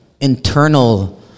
internal